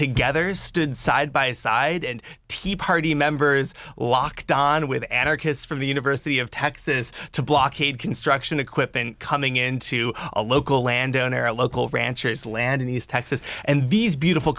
together stood side by side and tea party members walked on with anarchists from the university of texas to blockade construction equipment coming in to a local landowner a local ranchers land in east texas and these beautiful